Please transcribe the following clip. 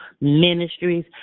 Ministries